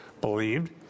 believed